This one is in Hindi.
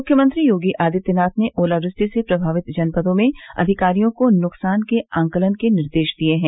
मुख्यमंत्री योगी आदित्यनाथ ने ओलावृष्टि से प्रभावित जनपदों में अधिकारियों को नुकसान के आकलन के निर्देश दिए हैं